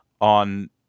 on